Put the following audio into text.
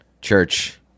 church